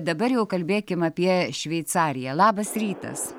dabar jau kalbėkim apie šveicariją labas rytas